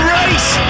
race